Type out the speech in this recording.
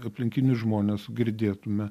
aplinkinius žmones girdėtume